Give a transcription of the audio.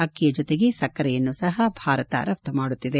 ಅಕ್ಕಿಯ ಜೊತೆಗೆ ಸಕ್ಕರೆಯನ್ನು ಭಾರತ ರಫ್ತು ಮಾಡುತ್ತಿದೆ